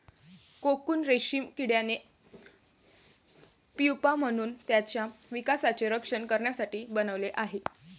cocoon रेशीम किड्याने pupa म्हणून त्याच्या विकासाचे रक्षण करण्यासाठी बनवले आहे